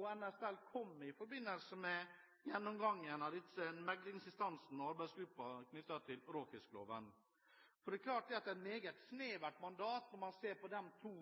og NSL kom med i forbindelse med gjennomgangen av meklingsinstansene og arbeidsgruppen knyttet til råfiskloven, er det et meget snevert mandat når man ser på de to